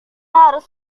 harus